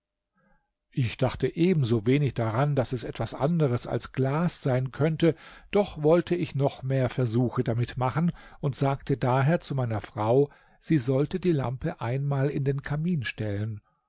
ich dachte ebenso wenig daran daß es etwas anderes als glas sein könnte doch wollte ich noch mehr versuche damit machen und sagte daher zu meiner frau sie sollte die lampe einmal in den kamin stellen